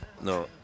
No